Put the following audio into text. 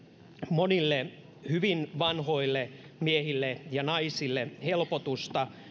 monille hyvin vanhoille miehille ja naisille helpotusta